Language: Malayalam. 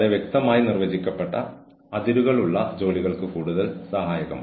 കൂടാതെ ഓരോ ജീവനക്കാരന്റെയും മികച്ച കഴിവുകൾ ഉപയോഗപ്പെടുത്താൻ ജോലികൾ രൂപകൽപ്പന ചെയ്യണം